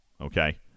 Okay